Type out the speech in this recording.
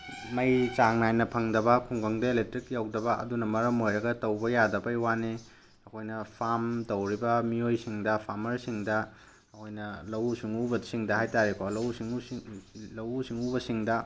ꯃꯩ ꯆꯥꯡ ꯅꯥꯏꯅ ꯐꯪꯗꯕ ꯈꯨꯡꯒꯪꯗ ꯏꯂꯦꯛꯇ꯭ꯔꯤꯛ ꯌꯧꯗꯕ ꯑꯗꯨꯅ ꯃꯔꯝ ꯑꯣꯏꯔꯒ ꯇꯧꯕ ꯌꯥꯗꯕꯒꯤ ꯋꯥꯅꯤ ꯑꯩꯈꯣꯏꯅ ꯐꯥꯔꯝ ꯇꯧꯔꯤꯕ ꯃꯤꯑꯣꯏꯁꯤꯡꯗ ꯐꯥꯔꯃ꯭ꯔꯁꯤꯡꯗ ꯑꯣꯏꯅ ꯂꯧꯎ ꯁꯤꯡꯎꯕꯁꯤꯡꯗ ꯍꯥꯏ ꯇꯥꯔꯦꯀꯣ ꯂꯧꯎ ꯁꯤꯡꯎꯕꯁꯤꯡꯗ